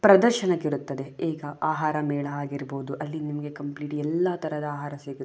ಪ್ರದರ್ಶನಕ್ಕಿರುತ್ತದೆ ಈಗ ಆಹಾರ ಮೇಳ ಆಗಿರ್ಬೋದು ಅಲ್ಲಿ ನಿಮಗೆ ಕಂಪ್ಲೀಟ್ ಎಲ್ಲ ತರಹದ ಆಹಾರ ಸಿಗುತ್ತೆ